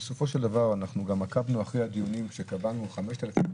אנחנו עקבנו אחרי הדיונים שקבענו 5,000,